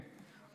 אני נוטה להקשיב.